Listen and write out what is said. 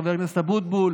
חבר הכנסת אבוטבול,